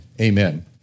Amen